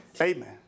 Amen